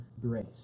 grace